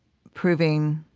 proving,